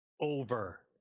over